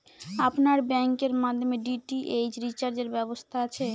আপনার ব্যাংকের মাধ্যমে ডি.টি.এইচ রিচার্জের ব্যবস্থা আছে?